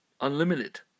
Unlimited